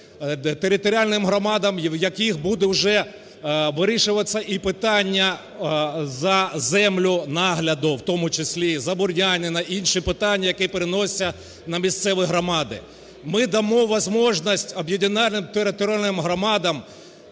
територіальним громадам, в яких буде вже вирішуватися і питання за землю нагляду, в тому числі забур'янення, інші питання, які переносяться на місцеві громади. Ми дамо возможность об'єднаним територіальним громадам